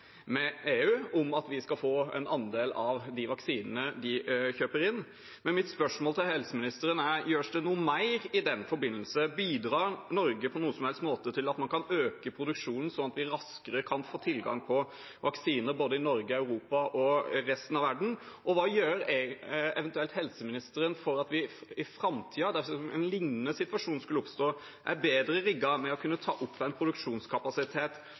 EU om at vi skal få en andel av de vaksinene de kjøper inn, men mitt spørsmål til helseministeren er: Gjøres det noe mer i den forbindelse? Bidrar Norge på noen som helst måte til at man kan øke produksjonen, slik at vi raskere kan få tilgang på vaksine, i både Norge, Europa og resten av verden? Og hva gjør eventuelt helseministeren for at vi i framtiden, dersom en lignende situasjon skulle oppstå, er bedre rigget for å kunne ta opp en produksjonskapasitet